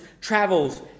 travels